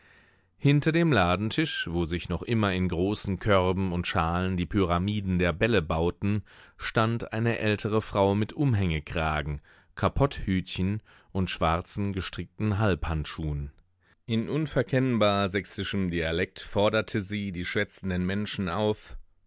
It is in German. hinter dem ladentisch wo sich noch immer in großen körben und schalen die pyramiden der bälle bauten stand eine ältere frau mit umhängekragen kapotthütchen und schwarzen gestrickten halbhandschuhen in unverkennbar sächsischem dialekt forderte sie die schwätzenden menschen auf